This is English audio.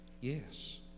yes